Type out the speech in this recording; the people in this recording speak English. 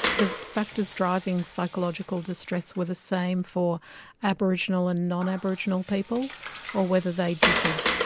the factors driving psychological distress were the same for aboriginal and non-aboriginal people or whether they differed.